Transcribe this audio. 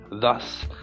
thus